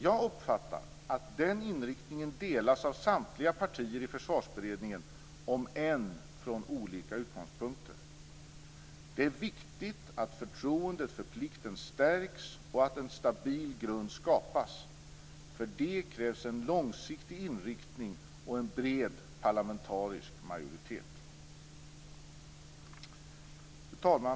Jag uppfattar att den inriktningen delas av samtliga partier i Försvarsberedningen, om än från olika utgångspunkter. Det är viktigt att förtroendet för plikten stärks och att en stabil grund skapas. För det krävs en långsiktig inriktning och en bred parlamentarisk majoritet. Fru talman!